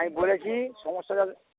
আমি বলেছি সমস্যা যাতে